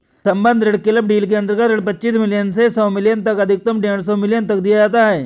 सम्बद्ध ऋण club deal के अंतर्गत ऋण पच्चीस मिलियन से सौ मिलियन तक अधिकतम डेढ़ सौ मिलियन तक दिया जाता है